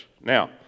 Now